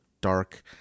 dark